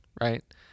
Right